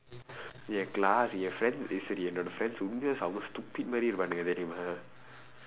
என்:en class என்:en friends சரி என்னோட:sari ennooda friends உண்மையிலேயே செம்ம:unmaiyileeyee semma stupid மாதிரி இருப்பானுங்க தெரியுமா:maathiri iruppaanungka theriyumaa